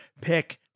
pick